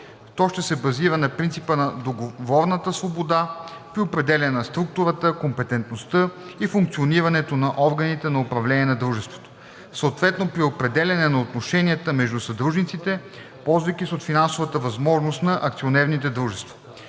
То ще се базира на принципа на договорната свобода при определяне на структурата, компетентността и функционирането на органите на управление на дружеството, съответно при определяне на отношенията между съдружниците, ползвайки се от финансовата възможност на акционерните дружества.